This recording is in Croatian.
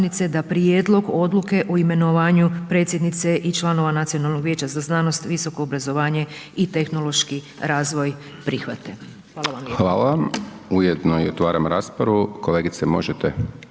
Hvala. Ujedno i otvaram raspravu, kolegice možete